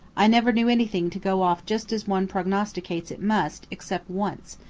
i never knew anything to go off just as one prognosticates it must, except once,